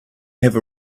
have